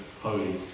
Holy